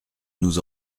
nous